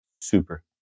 Super